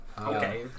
Okay